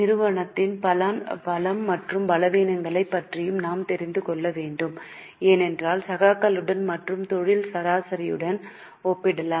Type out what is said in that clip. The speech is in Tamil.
நிறுவனத்தின் பலம் மற்றும் பலவீனங்களைப் பற்றியும் நாம் தெரிந்து கொள்ள வேண்டும் ஏனென்றால் சகாக்களுடன் மற்றும் தொழில் சராசரியுடன் ஒப்பிடலாம்